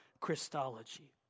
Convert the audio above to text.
Christology